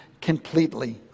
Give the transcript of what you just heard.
completely